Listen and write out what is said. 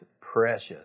precious